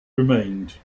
remained